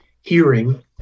hearing